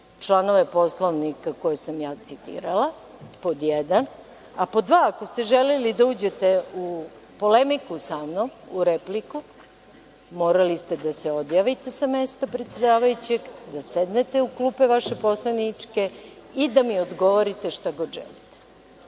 članove Poslovnika koje sam citirala, pod jedan, a pod dva, ako ste želeli da uđete u polemiku sa mnom, u repliku, morali ste da se odjavite sa mesta predsedavajućeg, da sednete u klupe vaše poslaničke i da mi odgovorite šta god želite.